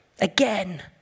Again